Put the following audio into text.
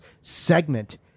segment